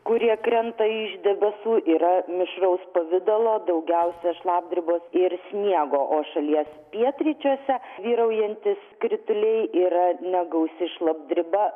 kurie krenta iš debesų yra mišraus pavidalo daugiausia šlapdribos ir sniego o šalies pietryčiuose vyraujantys krituliai yra negausi šlapdriba